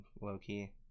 low-key